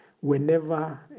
whenever